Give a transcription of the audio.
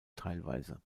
teilweise